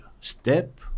step